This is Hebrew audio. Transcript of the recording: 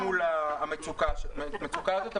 במיוחד מול המצוקה הזאת.